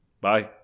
Bye